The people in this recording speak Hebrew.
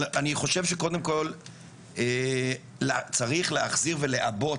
אני חושב שקודם כל צריך להחזיר ולעבות,